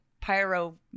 pyro